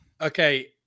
okay